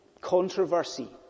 controversy